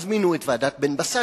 אז מינו את ועדת בן-בסט,